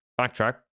Backtrack